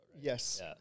Yes